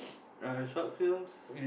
uh short films